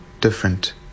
different